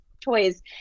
toys